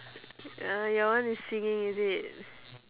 uh your one is singing is it